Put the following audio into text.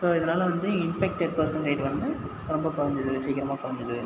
so இதனால் வந்து infected person rate வந்து ரொம்ப குறஞ்சுது சீக்கிரமா குறஞ்சுது